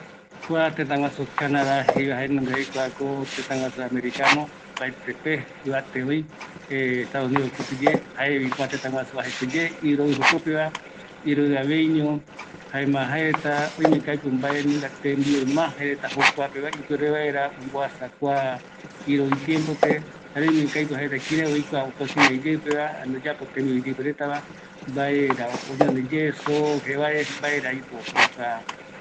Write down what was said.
Kua tëtäpegua tembiu jokopegua mbaetɨ yaikua, ëreï kua tëtä pe oajete ndaye iroɨ, jaema oimeko aipo jokoropi jaereta jembiu ikavita supe, soo, jevae, yaikuapota oïmeko jaereta jembiu ikaviva